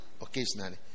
occasionally